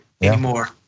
anymore